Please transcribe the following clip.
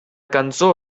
cançó